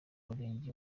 murenge